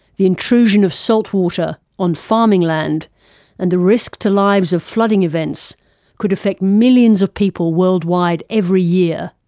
the intrusion of saltwater on farming land and the risk to lives of flooding events could affect millions of people worldwide every year.